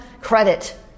credit